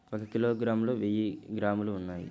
ఒక కిలోగ్రామ్ లో వెయ్యి గ్రాములు ఉన్నాయి